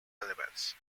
elements